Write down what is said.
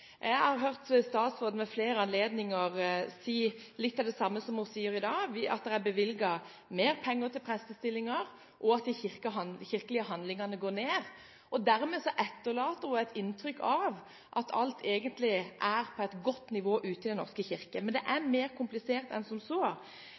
Jeg har hørt statsråden ved flere anledninger si litt av det samme som hun sier i dag, at det er bevilget mer penger til prestestillinger, og at de kirkelige handlingene går ned. Dermed etterlater hun et inntrykk av at alt egentlig er på et godt nivå ute i Den norske kirke. Men det er